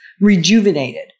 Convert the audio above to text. rejuvenated